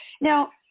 Now